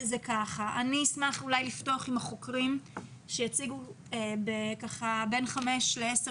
אני אשמח לפתוח עם החוקרים שיציג בין חמש לעשר